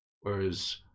Whereas